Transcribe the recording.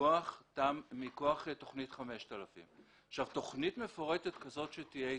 מכוח תכנית 5000. תכנית מפורטת כזאת שתהיה היא